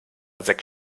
sechs